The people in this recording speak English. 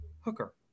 Hooker